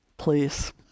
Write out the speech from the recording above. Please